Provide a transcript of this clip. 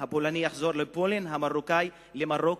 הפולני יחזור לפולין, המרוקאי למרוקו?